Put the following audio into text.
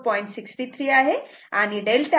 63 आहे आणि 𝛅 18